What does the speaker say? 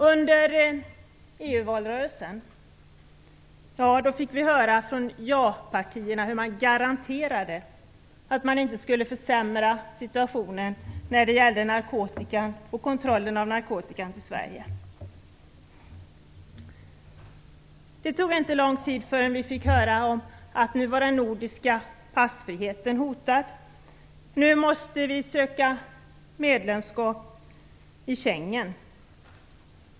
Under EU-valrörelsen fick vi höra från Japartierna hur man garanterade att man inte skulle försämra situationen när det gällde narkotikan och kontrollen av införseln av narkotikan till Sverige. Det tog inte lång tid förrän vi fick höra att den nordiska passfriheten var hotad och att Sverige nu måste ansluta sig till Schengenavtalet.